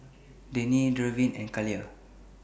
Denny Darwyn and Kaila